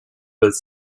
with